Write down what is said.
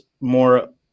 more